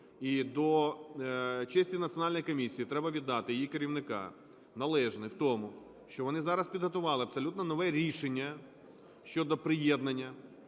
І до честі Національної комісії, треба віддати, її керівника, належне в тому, що вони зараз підготували абсолютно нове рішення щодо приєднання,